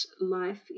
life